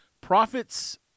Profits